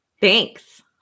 Thanks